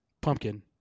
Pumpkin